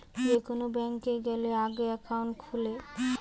যে কোন ব্যাংকে গ্যালে আগে একাউন্ট খুলে